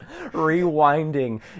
rewinding